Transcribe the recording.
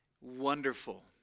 wonderful